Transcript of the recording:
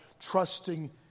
trusting